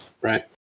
right